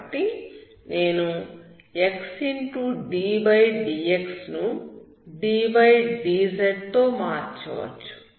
కాబట్టి నేను xddx ను ddz తో మార్చవచ్చు